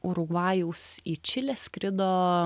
urugvajaus į čilę skrido